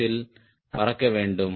866max யில் பறக்க வேண்டும்